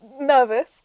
nervous